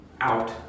Out